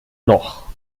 noch